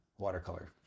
Watercolor